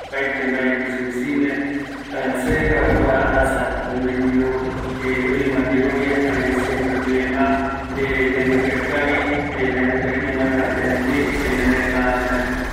opata mba ojo oiko yandegui yae